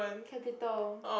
capital